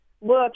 look